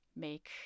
make